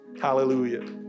Hallelujah